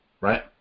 Right